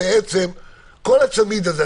כל הצמיד הזה,